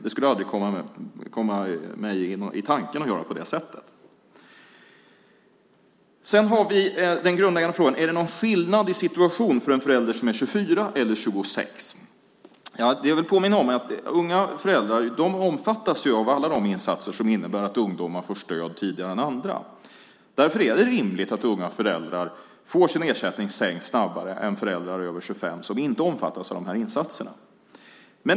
Jag skulle inte komma på tanken att göra på det sättet. Den grundläggande frågan är: Är det någon skillnad i situation för en förälder som är 24 år eller 26 år? Jag vill påminna om att unga föräldrar omfattas av alla de insatser som innebär att ungdomar får stöd tidigare än andra. Därför är det rimligt att unga föräldrar får sin ersättning sänkt snabbare än föräldrar över 25 år som inte omfattas av insatserna.